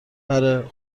برا